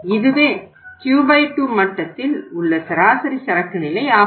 இதுவே Q 2 மட்டத்தில் உள்ள சராசரி சரக்கு நிலை ஆகும்